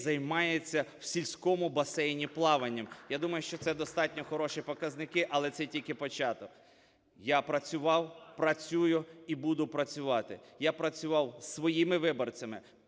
займаються в сільському басейні плаванням. Я думаю, що це достатньо хороші показники, але це тільки початок. Я працював, працюю і буду працювати. Я працював зі своїми виборцями,